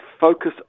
Focus